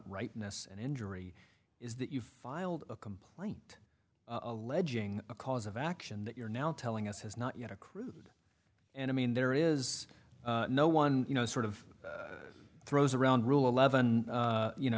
rightness and injury is that you've filed a complaint alleging a cause of action that you're now telling us has not yet accrued and i mean there is no one you know sort of throws around rule eleven you know